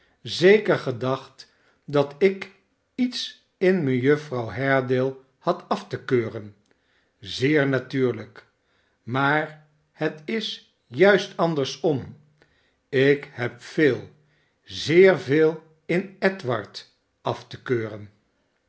zeker gedacht dat ik iets in mejuffer haredale had af te keuren zeer natuurlijk maar het is juist anders om ik heb veel zeer veel in edward af te keuren